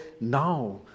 now